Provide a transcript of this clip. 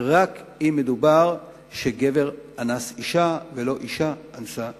רק אם מדובר בכך שגבר אנס אשה, ולא אשה אנסה גבר.